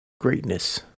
greatness